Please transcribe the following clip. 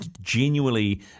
genuinely